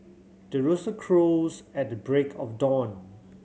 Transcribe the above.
the rooster crows at the break of dawn